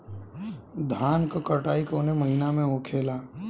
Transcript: धान क कटाई कवने महीना में होखेला?